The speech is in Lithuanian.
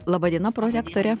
laba diena prorektore